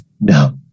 no